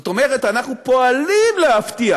זאת אומרת, אנחנו פועלים להבטיח.